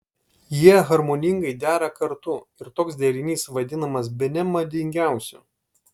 jie harmoningai dera kartu ir toks derinys vadinamas bene madingiausiu